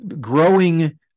growing